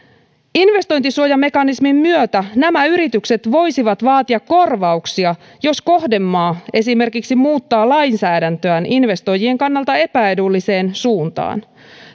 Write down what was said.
investointisuojamekanismin myötä nämä yritykset voisivat vaatia korvauksia jos kohdemaa esimerkiksi muuttaa lainsäädäntöään investoijien kannalta epäedulliseen suuntaan